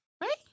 Right